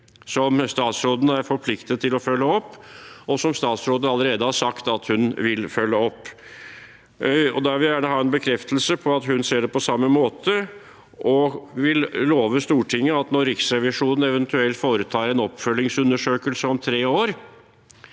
som statsråden er forpliktet til å følge opp, og som statsråden allerede har sagt at hun vil følge opp. Da vil jeg gjerne ha en bekreftelse på at hun ser det på samme måte og vil love Stortinget at når Riksrevisjonen eventuelt foretar en oppfølgingsundersøkelse om tre år,